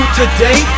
today